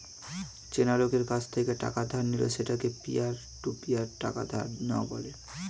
চেনা লোকের কাছ থেকে টাকা ধার নিলে সেটাকে পিয়ার টু পিয়ার টাকা ধার নেওয়া বলে